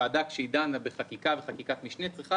כאשר ועדה דנה בחקיקה וחקיקת משנה היא צריכה